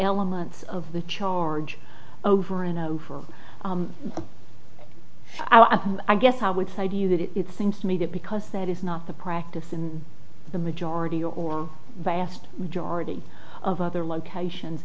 elements of the charge over and over i am i guess i would say to you that it it seems to me that because that is not the practice in the majority or vast majority of other locations